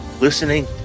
listening